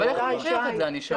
איך הוא יוכיח את זה?